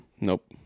Nope